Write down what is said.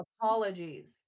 Apologies